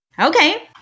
Okay